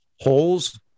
holes